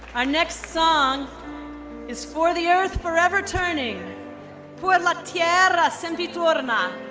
next song is for the earth forever turning por la tierra sempiturna.